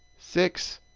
six,